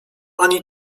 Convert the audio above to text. ani